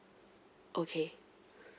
okay